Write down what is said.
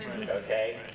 okay